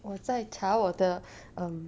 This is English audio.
我在查我的 um